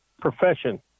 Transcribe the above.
profession